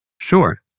Sure